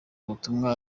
ubutumwa